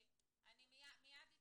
אני מיד איתכם.